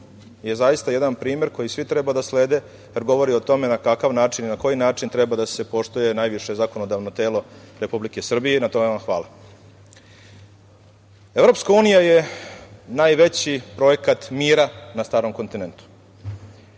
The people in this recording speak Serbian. je zaista jedan primer koji svi treba da slede, jer govori o tome na kakav način i na koji način treba da se poštuje najviše zakonodavno telo Republike Srbije i na tome vam hvala. Evropska unija je najveći projekat mira na starom kontinentu,